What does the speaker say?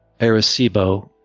Arecibo